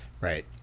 Right